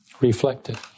Reflected